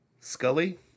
Scully